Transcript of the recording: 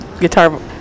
guitar